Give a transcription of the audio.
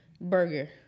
burger